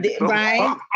Right